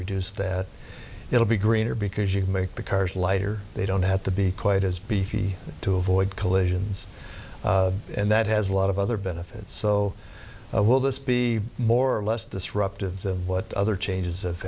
reduce that it'll be greener because you can make the cars lighter they don't have to be quite as beefy to avoid collisions and that has a lot of other benefits so will this be more or less disruptive what other changes